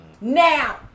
now